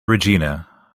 regina